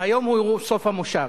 היום הוא סוף המושב.